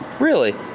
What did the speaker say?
really?